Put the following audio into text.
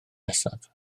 nesaf